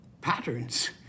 patterns